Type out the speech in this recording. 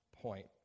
point